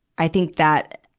i think that,